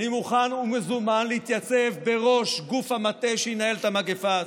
אני מוכן ומזומן להתייצב בראש גוף המטה שינהל את המגפה הזאת,